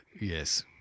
yes